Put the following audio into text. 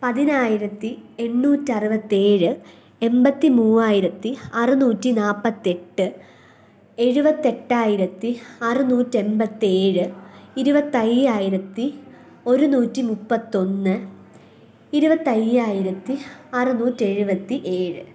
പതിനായിരത്തി എണ്ണൂറ്റി അറുപത്തിയേഴ് എണ്പത്തി മൂവായിരത്തി അറുന്നൂറ്റി നാല്പത്തിയെട്ട് എഴുപത്തി എട്ടായിരത്തി അറുന്നൂറ്റി എണ്പത്തിയേഴ് ഇരുപത്തി അയ്യായിരത്തി ഒരുന്നൂറ്റി മുപ്പത്തിയൊന്ന് ഇരുപത്തി അയ്യായിരത്തി അറുന്നൂറ്റി എഴുപത്തി ഏഴ്